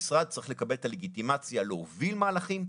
המשרד צריך לקבל את הלגיטימציה להוביל מהלכים,